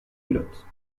culotte